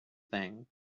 thing